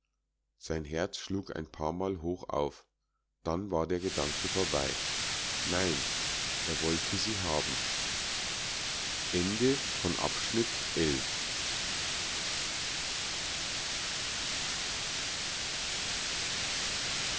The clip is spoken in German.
sein herz schlug ein paarmal hoch auf dann war der gedanke vorbei nein er wollte sie haben